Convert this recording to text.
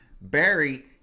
Barry